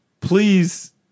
please